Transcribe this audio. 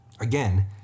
again